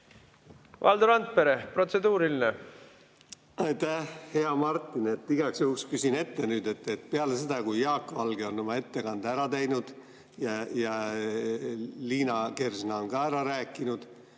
Valdo Randpere, protseduuriline. Aitäh, hea Martin! Igaks juhuks küsin juba ette, et peale seda, kui Jaak Valge on oma ettekande ära teinud ja Liina Kersna on ka ära rääkinud,